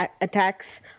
attacks